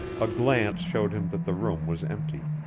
a glance showed him that the room was empty.